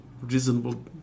reasonable